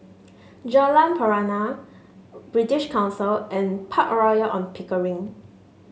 Jalan Pernama British Council and Park Royal On Pickering